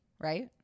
right